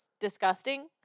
disgusting